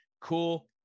cool